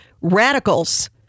radicals